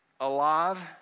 alive